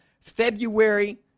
February